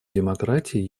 демократии